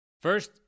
First